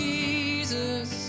Jesus